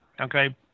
okay